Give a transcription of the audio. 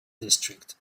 district